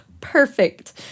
Perfect